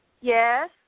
Yes